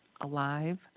alive